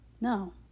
No